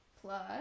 plus